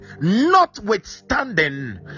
Notwithstanding